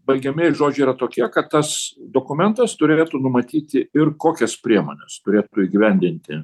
baigiamieji žodžiai yra tokie kad tas dokumentas turėtų numatyti ir kokias priemones turėtų įgyvendinti